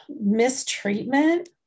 mistreatment